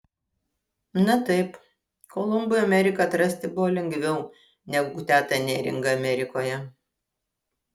na taip kolumbui ameriką atrasti buvo lengviau negu tetą neringą amerikoje